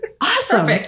Awesome